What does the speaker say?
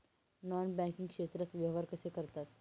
Non banking क्षेत्रात व्यवहार कसे करतात?